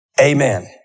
Amen